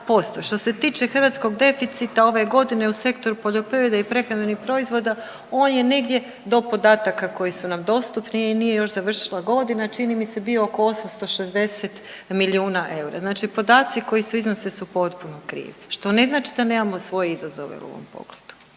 Što se tiče hrvatskog deficita ove godine u sektoru poljoprivrede i prehrambenih proizvoda on je negdje do podataka koji su nam dostupni i nije još završila godina čini mi se bio oko 860 milijuna eura. Znači podaci koji se iznose su potpuno krivi što ne znači da nemamo svoje izazove u ovom